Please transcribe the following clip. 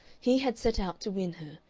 he had set out to win her,